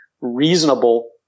reasonable